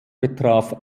betraf